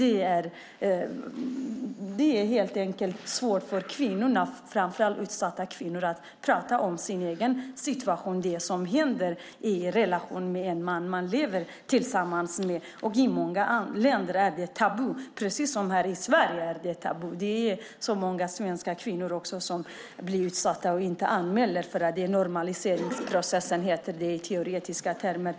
För framför allt de utsatta kvinnorna är det svårt att tala om sin egen situation, om det som händer i relationen med den man som de lever tillsammans med. I många länder, också i Sverige, är det tabu att tala om det. Det finns även många svenska kvinnor som blir utsatta, men de anmäler inte. Den teoretiska termen för detta är normaliseringsprocess.